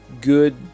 good